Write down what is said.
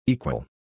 Equal